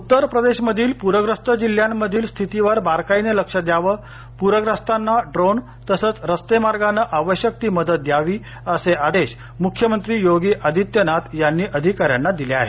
उत्तरप्रदेशमधील पूरग्रस्त जिल्ह्यामधील स्थितीवर बारकाईने लक्ष द्यावं पूरग्रस्तांना ड्रोन तसंच रस्ते मार्गानं आवश्यक ती मदत द्यावी असे आदेश मूख्यमंत्री योगी आदित्यनाथ यांनी अधिका यांना दिली आहे